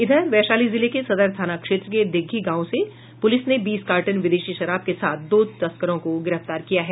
इधर वैशाली जिले के सदर थाना क्षेत्र के दिग्घी गांव से पुलिस ने बीस कार्टन विदेशी शराब के साथ दो तस्करों को गिरफ्तार किया है